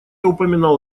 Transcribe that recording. упоминал